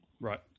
Right